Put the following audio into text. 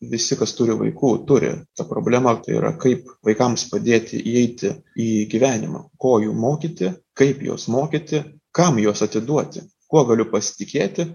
visi kas turi vaikų turi tą problemą tai yra kaip vaikams padėti įeiti į gyvenimą ko jų mokyti kaip juos mokyti kam juos atiduoti kuo galiu pasitikėti